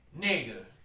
nigga